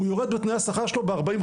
הוא ירד בתנאי ההעסקה שלו בארבעים,